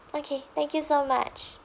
okay thank you so much